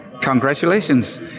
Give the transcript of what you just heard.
Congratulations